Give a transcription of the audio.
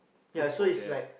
food for them